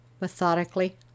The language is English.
methodically